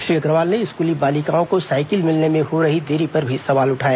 श्री अग्रवाल ने स्कूली बालिकाओं को सायकिल मिलने में हो रही देरी पर भी सवाल उठाए